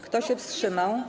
Kto się wstrzymał?